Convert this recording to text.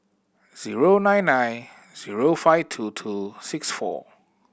zero nine nine zero five two two six four